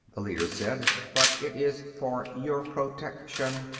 the leader said, but it is for your protection.